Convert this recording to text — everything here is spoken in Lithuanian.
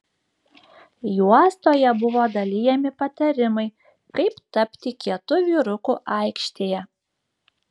juostoje buvo dalijami patarimai kaip tapti kietu vyruku aikštėje